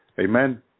Amen